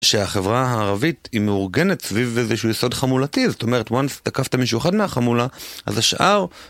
שהחברה הערבית היא מאורגנת סביב איזשהו יסוד חמולתי. זאת אומרת, וואנס תקפת מישהו אחד מהחמולה, אז השאר...